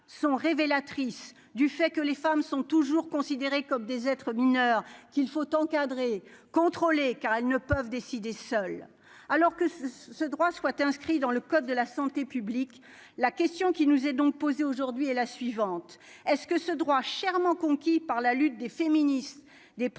sont révélatrices du fait que les femmes sont toujours considérés comme des être mineur qu'il faut encadrer, contrôler car elles ne peuvent décider seul, alors que ce droit soit inscrit dans le code de la santé publique, la question qui nous est donc posée aujourd'hui est la suivante est-ce que ce droit chèrement conquis par la lutte des féministes, des progressistes,